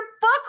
book